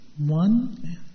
One